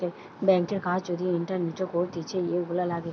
ব্যাংকের কাজ যদি ইন্টারনেটে করতিছে, এগুলা লাগে